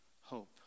Hope